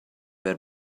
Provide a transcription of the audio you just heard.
were